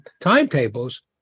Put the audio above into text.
timetables